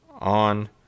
On